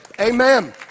Amen